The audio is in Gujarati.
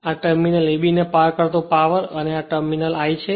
આ ટર્મિનલ ab ને પાર કરતો પાવર અને આ ટર્મિનલ I છે